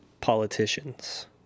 politicians